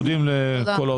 תודה לכולם.